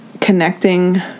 connecting